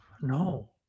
No